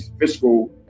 fiscal